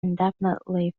indefinitely